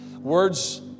words